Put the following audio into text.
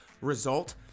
result